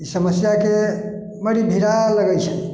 ई समस्या के बड़ी लगय छै